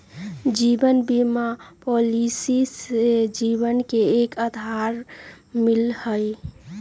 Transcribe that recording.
जीवन बीमा पॉलिसी से जीवन के एक आधार मिला हई